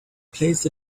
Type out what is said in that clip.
placed